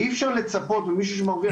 ואי אפשר לצפות ממורה שמישהו שמרוויח